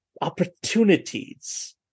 opportunities